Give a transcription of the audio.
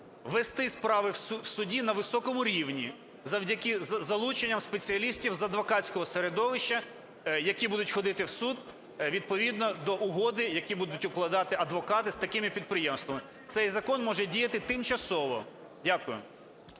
вести справи в суді на високому рівні завдяки залученням спеціалістів з адвокатського середовища, які будуть ходити в суд відповідно до угод, які будуть укладати адвокати з такими підприємствами. Цей закон може діяти тимчасово. Дякую.